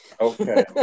okay